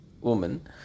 woman